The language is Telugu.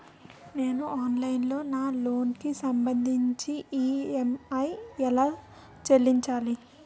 నేను ఆన్లైన్ లో నా లోన్ కి సంభందించి ఈ.ఎం.ఐ ఎలా చెల్లించాలి?